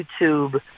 YouTube